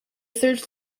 search